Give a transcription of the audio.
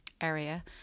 area